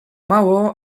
mało